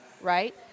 right